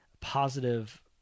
positive